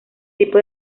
tipo